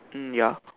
mm ya